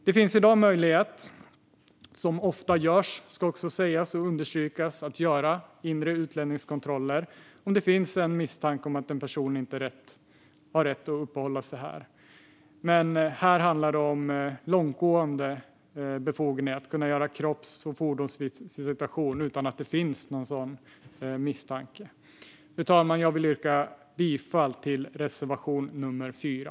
Det ska understrykas att det i dag finns en möjlighet att göra inre utlänningskontroller, vilket ofta görs om det finns en misstanke om att en person inte har rätt att uppehålla sig här. Men nu handlar det om långtgående befogenheter att göra kropps och fordonsvisitation utan att det finns någon misstanke. Fru talman! Jag yrkar bifall till reservation nummer 4.